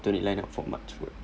don't need like up for much